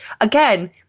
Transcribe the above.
again